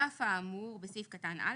על אף האמור בסעיף קטן (א),